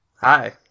Hi